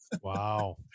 wow